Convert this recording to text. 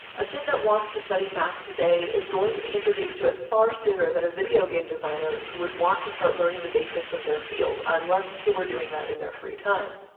a kid that wants to study math today, is going to be introduced to it far sooner, than a video game designer who would want to start learning the basics of their field, unless they were doing that in their free time.